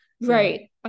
right